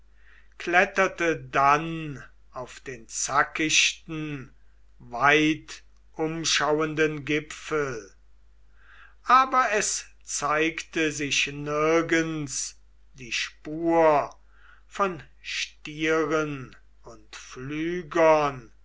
kletterte dann auf den zackichten weitumschauenden gipfel aber es zeigte sich nirgends die spur von stieren und pflügern